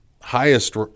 highest